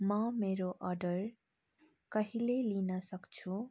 म मेरो अर्डर कहिले लिनसक्छु